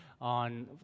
on